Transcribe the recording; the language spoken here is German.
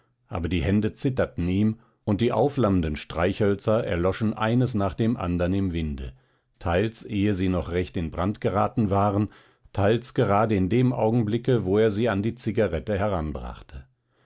aber die hände zitterten ihm und die aufflammenden streichhölzer erloschen eines nach dem andern im winde teils ehe sie noch recht in brand geraten waren teils gerade in dem augenblicke wo er sie an die zigarette